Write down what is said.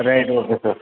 సరే అయితే okay sir